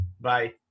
Bye